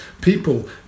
people